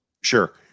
Sure